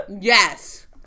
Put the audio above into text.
Yes